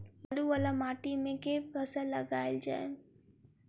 बालू वला माटि मे केँ फसल लगाएल जाए?